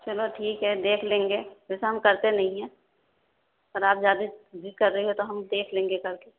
چلو ٹھیک ہے دیکھ لیں گے ویسے ہم کرتے نہیں ہیں پر آپ زیادہ ضد کر رہی ہو تو ہم دیکھ لیں گے کر کے